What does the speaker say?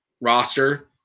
roster